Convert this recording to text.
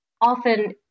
often